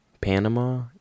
Panama